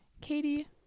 katie